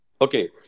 Okay